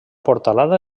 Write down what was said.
portalada